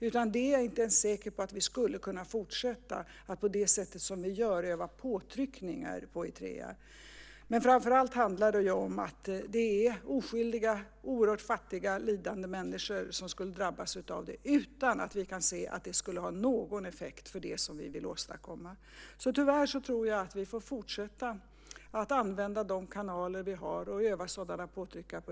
Utan det är jag inte ens säker på att vi skulle kunna fortsätta att på det sätt som vi gör utöva påtryckningar på Eritrea. Framför allt handlar det om att det är oskyldiga, oerhört fattiga lidande människor som skulle drabbas av det utan att vi kan se att det skulle ha någon effekt för det som vi vill åstadkomma. Tyvärr tror jag att vi får fortsätta att använda de kanaler vi har och utöva sådana påtryckningar.